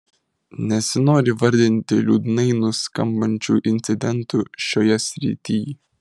nesinori vardinti liūdnai nuskambančių incidentų šioje srityj